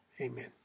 Amen